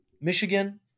Michigan